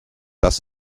das